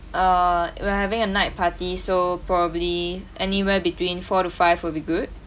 uh we're having a night party so probably anywhere between four to five will be good